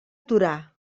torà